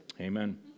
Amen